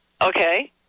okay